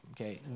okay